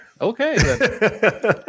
Okay